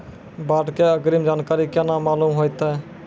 बाढ़ के अग्रिम जानकारी केना मालूम होइतै?